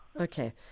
okay